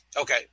Okay